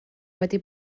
wedi